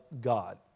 God